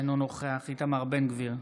אינו נוכח איתמר בן גביר,